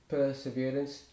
perseverance